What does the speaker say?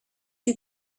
you